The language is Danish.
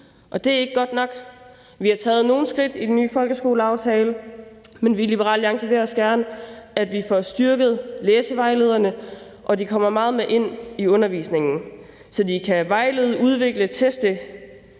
og det er ikke godt nok. Vi har taget nogle skridt i den nye folkeskoleaftale, men vi i Liberal Alliance vil også gerne, at vi får styrket læsevejlederne, og at de kommer meget mere ind i undervisningen, så de kan vejlede, udvikle, teste